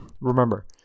Remember